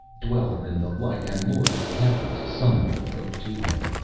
dweller in the light and lord of the caverns, summoned the folk to him.